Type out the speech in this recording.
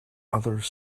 others